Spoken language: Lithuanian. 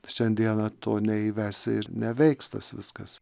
šiandieną to neįvesi ir neveiks tas viskas